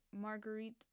Marguerite